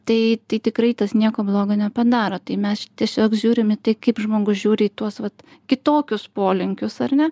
tai tai tikrai tas nieko blogo nepadaro tai mes tiesiog žiūrim į tai kaip žmogus žiūri į tuos vat kitokius polinkius ar ne